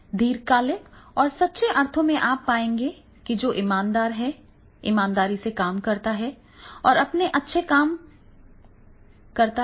दीर्घकालिक और सच्चे अर्थों में आप पाएंगे कि जो ईमानदार हैं ईमानदारी से काम करते हैं और अपना काम अच्छे से करते हैं